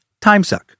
timesuck